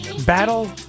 Battle